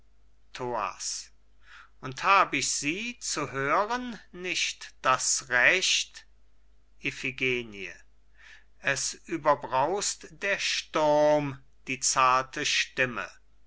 und hab ich sie zu hören nicht das recht iphigenie es überbraust der sturm die zarte stimme